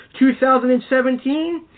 2017